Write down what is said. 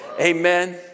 Amen